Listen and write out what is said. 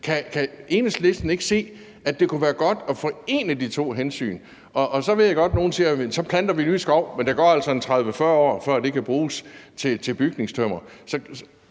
Kan Enhedslisten ikke se, at det kunne være godt at forene de to hensyn? Så ved jeg godt, at nogen siger, at så planter vi bare ny skov, men der går altså en 30-40 år, før den kan bruges til bygningstømmer.